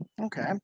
Okay